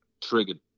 triggered